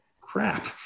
crap